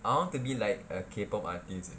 I want to be like a K_pop artists